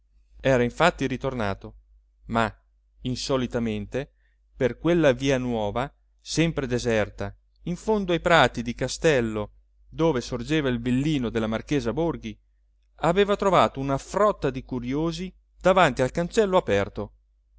era infatti ritornato ma insolitamente per quella via nuova sempre deserta in fondo ai prati di castello dove sorgeva il villino della marchesa borghi aveva trovato una frotta di curiosi davanti al cancello aperto